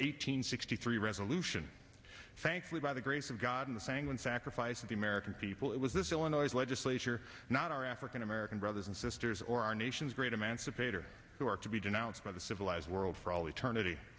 hundred sixty three resolution thankfully by the grace of god in the sanguine sacrifice of the american people it was this illinois legislature not our african american brothers and sisters or our nation's great emancipator who are to be denounced by the civilized world for all eternity